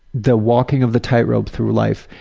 the walking of the tightrope through life.